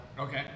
Okay